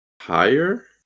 higher